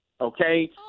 okay